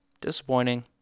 Disappointing